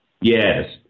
Yes